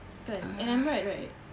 and I'm right right